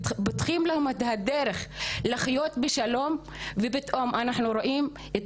פותחים להם את הדרך לחיות בשלום ופתאום אנחנו רואים את